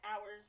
hours